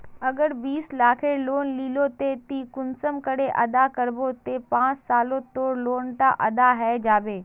अगर बीस लाखेर लोन लिलो ते ती कुंसम करे अदा करबो ते पाँच सालोत तोर लोन डा अदा है जाबे?